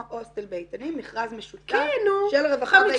ההוסטל באיתנים מכרז משותף של הרווחה ובריאות.